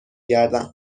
گردم